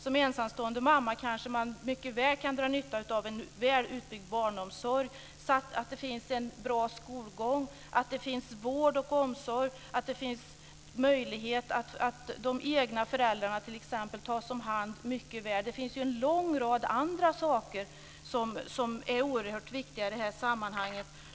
Som ensamstående mamma kanske man kan dra nytta av en väl utbyggd barnomsorg samt av att det finns bra skolgång, vård och omsorg. Det kan t.ex. gälla möjligheten att de egna föräldrarna tas om hand mycket väl. Det finns en lång rad saker som är oerhört viktiga i det här sammanhanget.